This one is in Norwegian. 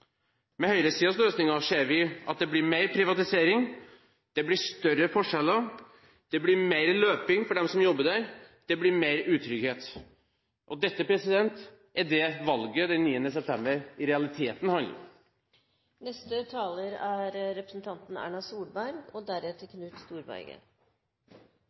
Med høyresidens løsninger ser vi at det blir mer privatisering, det blir større forskjeller, det blir mer løping for dem som jobber der og det blir mer utrygghet. Det er dette valget den 9. september i realiteten handler om. I motsetning til sistnevnte taler,